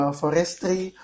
forestry